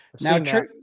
Now